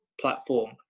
platform